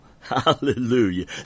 Hallelujah